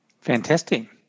Fantastic